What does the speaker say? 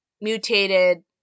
mutated